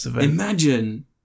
Imagine